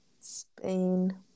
Spain